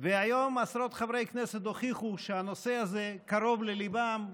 והיום עשרות חברי כנסת הוכיחו שהנושא הזה קרוב לליבם,